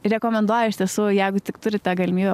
rekomenduoju iš tiesų jeigu tik turite galimybę